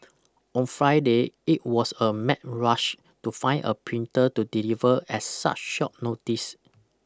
on Friday it was a mad rush to find a printer to deliver at such short notice